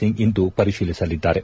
ಸಿಂಗ್ ಇಂದು ಪರಿಶೀಲಿಸಲಿದ್ದಾರೆ